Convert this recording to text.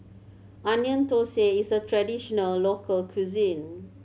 Onion Thosai is a traditional local cuisine